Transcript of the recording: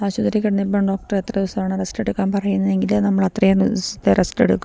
ആശുപത്രിയില് കിടന്നിട്ട് ഡോക്ടർ എത്ര ദിവസമാണ് റെസ്റ്റ് എടുക്കാൻ പറയുന്നതെങ്കില് നമ്മളത്രയും ദിവസത്തെ റെസ്റ്റെടുക്കും